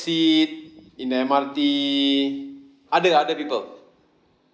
seat in the M_R_T other other people